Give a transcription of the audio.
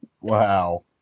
Wow